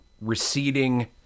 receding